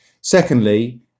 Secondly